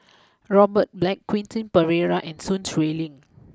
Robert Black Quentin Pereira and Sun Xueling